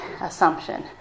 assumption